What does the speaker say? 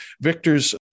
Victor's